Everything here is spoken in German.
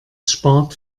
spart